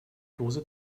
dose